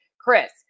Chris